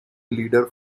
leader